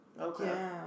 Okay